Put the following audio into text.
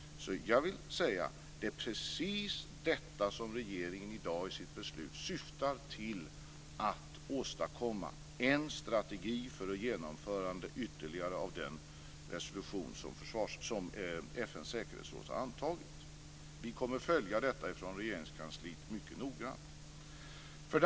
Så jag vill säga att det är precis detta som regeringen i dag i sitt beslut syftar till att åstadkomma; en strategi för ytterligare genomförande av den resolution som FN:s säkerhetsråd har antagit. Vi kommer att följa detta från Regeringskansliet mycket noggrant.